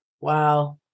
Wow